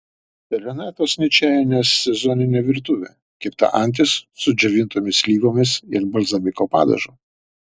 renatos ničajienės sezoninė virtuvė kepta antis su džiovintomis slyvomis ir balzamiko padažu